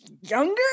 younger